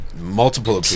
multiple